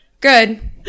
good